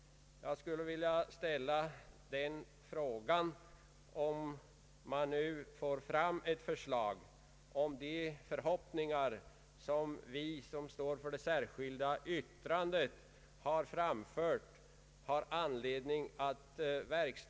Om utredningen nu får fram ett förslag skulle jag vilja fråga om det finns anledning att tro att de förhoppningar som framförs i det särskilda yttrandet till utskottets utlåtande kommer att infrias.